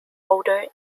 older